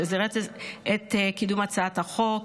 שזירז את קידום הצעת החוק,